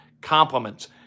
compliments